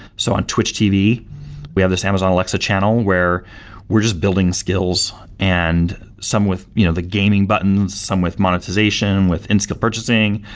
so on twitch tv we have this amazon-alexa channel, where we're just building skills and some with you know the gaming buttons, some with monetization, with insta purchasing,